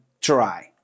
try